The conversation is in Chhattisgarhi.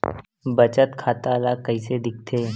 बचत खाता ला कइसे दिखथे?